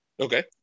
Okay